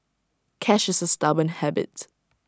cash is A stubborn habit